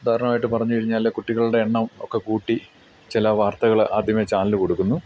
ഉദാഹരണമായിട്ട് പറഞ്ഞുകഴിഞ്ഞാൽ കുട്ടികളുടെ എണ്ണം ഒക്കെ കൂട്ടി ചില വാർത്തകൾ ആദ്യമേ ചാനല് കൊടുക്കുന്നു